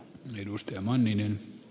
arvoisa puhemies